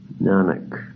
Nanak